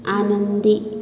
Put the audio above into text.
आनंदी